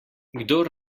kdor